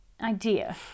idea